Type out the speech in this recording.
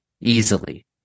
easily